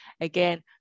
Again